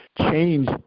change